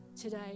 today